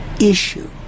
issue